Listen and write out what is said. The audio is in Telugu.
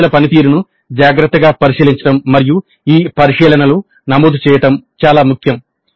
విద్యార్థుల పనితీరును జాగ్రత్తగా పరిశీలించడం మరియు ఈ పరిశీలనలు నమోదు చేయడం చాలా ముఖ్యం